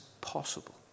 possible